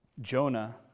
Jonah